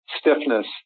stiffness